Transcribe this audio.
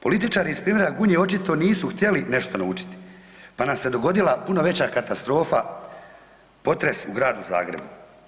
Političari iz primjera Gunje očito nisu htjeli nešto naučiti pa nam se dogodila puno veća katastrofa, potres u gradu Zagrebu.